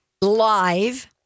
live